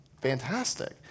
fantastic